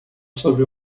sobre